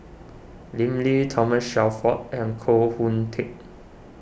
Lim Lee Thomas Shelford and Koh Hoon Teck